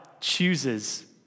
chooses